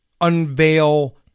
unveil